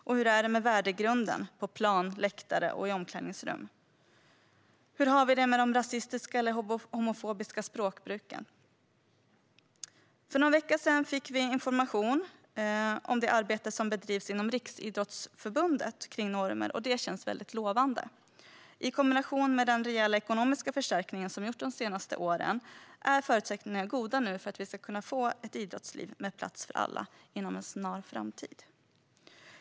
Och hur är det med värdegrunden på plan, läktare och i omklädningsrum? Hur är det med det rasistiska eller homofobiska språkbruket? För någon vecka sedan fick vi information om det arbete som bedrivs inom Riksidrottsförbundet kring normer, och det känns mycket lovande. I kombination med den rejäla ekonomiska förstärkningen som gjorts de senaste åren är förutsättningarna nu goda för att vi ska kunna få ett idrottsliv med plats för alla inom en snar framtid.